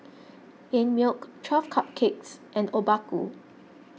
Einmilk twelve Cupcakes and Obaku